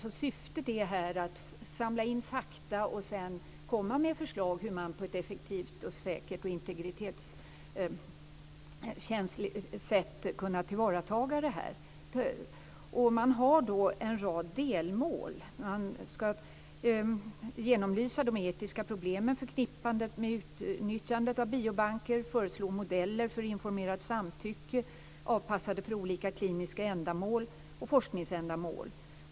Syftet är att samla in fakta och därefter komma med förslag på hur man på ett effektivt, säkert och integritetskänsligt sätt kan tillvarata detta material. Man har då en rad delmål. Man skall genomlysa de etiska problemen förknippade med utnyttjandet av biobanker. Man skall föreslå modeller för informerat samtycke avpassade för olika, kliniska ändamål och forskningsändamål.